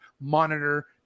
monitor